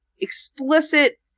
explicit